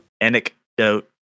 Anecdote